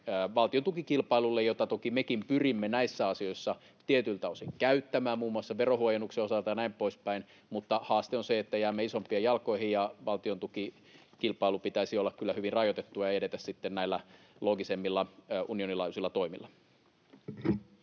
valtiontukikilpailulle, jota toki mekin pyrimme näissä asioissa tietyiltä osin käyttämään, muun muassa verohuojennuksen osalta ja näin poispäin, mutta haaste on se, että jäämme isompien jalkoihin. Valtiontukikilpailun pitäisi olla kyllä hyvin rajoitettua ja edetä sitten näillä loogisemmilla unionin laajuisilla toimilla.